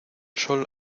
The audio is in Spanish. sol